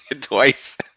Twice